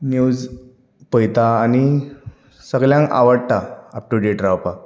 news पळयता आनी सगल्यांक आवडटा अप टू डेट रावपाक